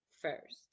first